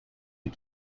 you